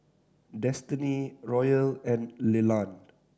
Destiny Royal and Leland